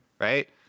Right